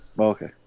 Okay